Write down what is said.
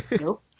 Nope